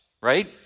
right